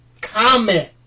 Comment